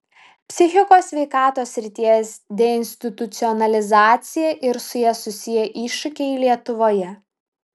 psichikos sveikatos srities deinstitucionalizacija ir su ja susiję iššūkiai lietuvoje